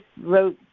wrote